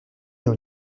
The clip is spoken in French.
dans